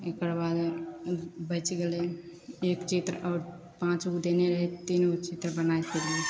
एकर बाद बचि गेलै एक चित्र आओर पाँचगो देने रहै तीनगो चित्र बनैके